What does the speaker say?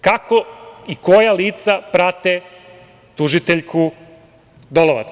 Kako i koja lica prate tužiteljku Dolovac?